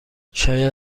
شاید